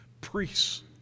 priests